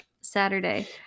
Saturday